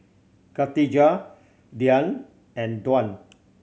Khatijah Dian and Tuah